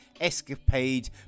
escapade